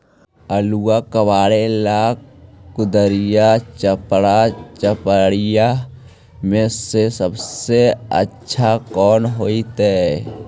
आलुआ कबारेला कुदारी, चपरा, चपारी में से सबसे अच्छा कौन होतई?